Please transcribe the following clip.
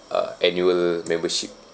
uh annual membership